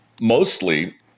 mostly